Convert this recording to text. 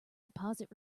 deposit